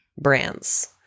brands